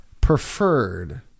preferred